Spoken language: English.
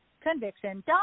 conviction